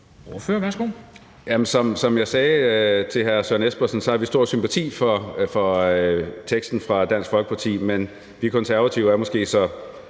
Som jeg sagde til hr. Søren Espersen, har vi stor sympati for vedtagelsesteksten fra Dansk Folkeparti, men vi Konservative er måske så